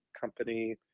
company